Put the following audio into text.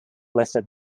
listed